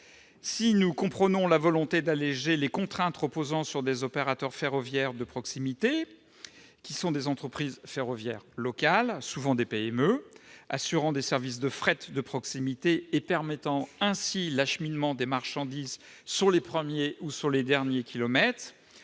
Si nous comprenons la volonté d'alléger les contraintes reposant sur les opérateurs ferroviaires de proximité, qui sont des entreprises ferroviaires locales, souvent des PME, assurant des services de fret de proximité et permettant ainsi l'acheminement des marchandises sur les premiers ou les derniers kilomètres,